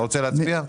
אתה רוצה להצביע?